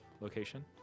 location